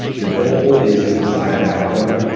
the goal is your desired outcome.